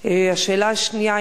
השאלה השנייה,